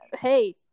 Hey